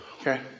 okay